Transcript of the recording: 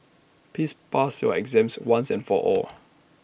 please pass your exams once and for all